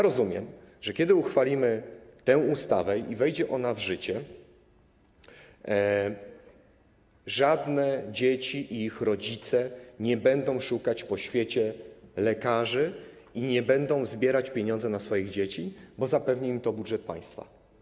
Rozumiem, że kiedy uchwalimy tę ustawę i ona wejdzie w życie, żadne dzieci i ich rodzice nie będą szukać po świecie lekarzy i nie będą zbierać pieniędzy na swoje dzieci, bo zapewni im to budżet państwa.